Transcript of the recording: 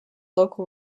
local